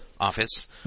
office